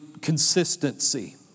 Consistency